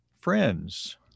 friends